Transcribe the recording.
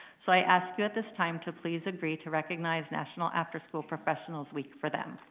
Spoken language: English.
so i ask you at this time to please agree to recognize national after school professionals week for them.